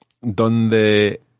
donde